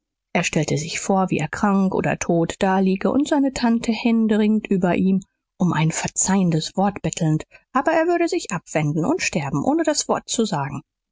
er stellte sich vor wie er krank oder tot daliege und seine tante händeringend über ihm um ein verzeihendes wort bettelnd aber er würde sich abwenden und sterben ohne das wort zu sagen